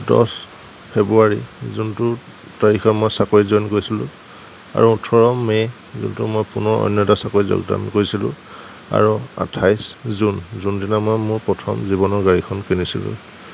দহ ফেব্ৰুৱাৰী যোনটো তাৰিখে মই চাকৰিত জইন কৰিছিলোঁ আৰু ওঠৰ মে' যোনটোত মই পুনৰ অন্য এটা চাকৰিত জইন কৰিছিলোঁ আৰু আঠাইছ জুন যোনদিনা মই মোৰ প্ৰথম জীৱনৰ গাড়ীখন কিনিছিলোঁ